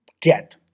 get